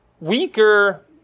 Weaker